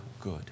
good